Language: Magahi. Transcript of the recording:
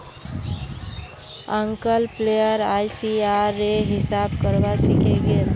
अंकल प्लेयर आईसीआर रे हिसाब करवा सीखे गेल